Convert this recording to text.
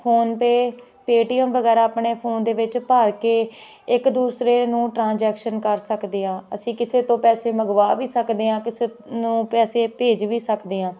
PhonePe Paytm ਵਗੈਰਾ ਆਪਣੇ phone ਦੇ ਵਿੱਚ ਭਰ ਕੇ ਇੱਕ ਦੂਸਰੇ ਨੂੰ ਟਰਾਂਜੈਕਸ਼ਨ ਕਰ ਸਕਦੇ ਹਾਂ ਅਸੀਂ ਕਿਸੇ ਤੋਂ ਪੈਸੇ ਮੰਗਵਾ ਵੀ ਸਕਦੇ ਹਾਂ ਕਿਸੇ ਨੂੰ ਪੈਸੇ ਭੇਜ ਵੀ ਸਕਦੇ ਹਾਂ